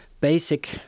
basic